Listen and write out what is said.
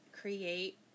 create